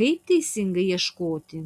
kaip teisingai ieškoti